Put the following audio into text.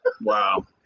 Wow